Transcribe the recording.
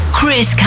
Chris